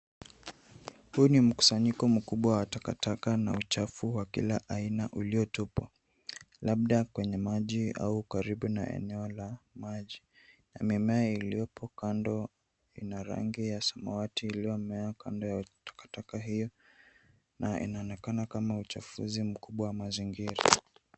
Huu ni mkusanyiko mkubwa wa takataka na uchafu wa kila aina uliotupwa, labda kwenye maji au karibu na eneo la maji na mimea iliyopo kando ina rangi ya samawati iliyomea kando ya takataka hii na inaonekana kama uchafuzi mkubwa wa mazingira.